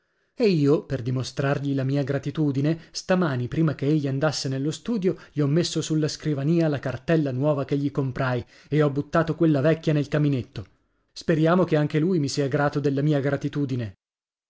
e io per dimostrargli la mia gratitudine stamani prima che egli andasse nello studio gli ho messo sulla scrivania la cartella nuova che gli comprai e ho buttato quella vecchia nel caminetto speriamo che anche lui mi sia grato della mia gratitudine